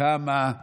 לפרגן אחד לשני.